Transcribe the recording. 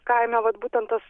kaime vat būtent tas